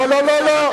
לא, לא, לא.